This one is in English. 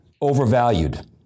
overvalued